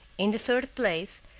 in the third place,